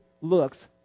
looks